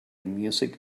music